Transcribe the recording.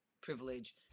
privilege